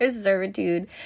servitude